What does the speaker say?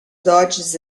dodges